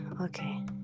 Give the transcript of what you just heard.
Okay